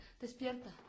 Despierta